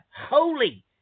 holy